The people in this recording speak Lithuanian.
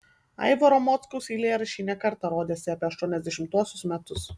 aivaro mockaus eilėraščiai ne kartą rodėsi apie aštuoniasdešimtuosius metus